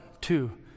two